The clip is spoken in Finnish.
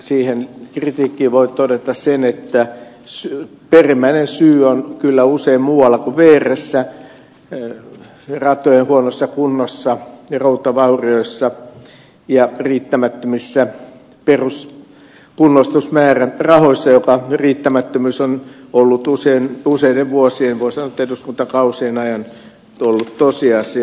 siihen kritiikkiin voi todeta sen että perimmäinen syy on kyllä usein muualla kuin vrssä ratojen huonossa kunnossa ja routavaurioissa ja riittämättömissä peruskunnostusmäärärahoissa joka riittämättömyys on ollut useiden vuosien voi sanoa että eduskuntakausien ajan tosiasia